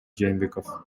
жээнбеков